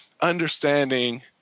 understanding